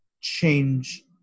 change